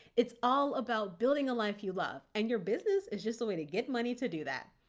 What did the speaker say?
it's all about building a life you love and your business is just the way to get money to do that.